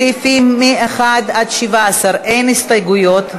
לסעיפים 1 17 אין הסתייגויות,